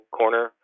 corner